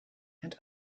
and